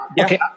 okay